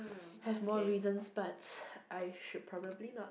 have more reason but I should probably not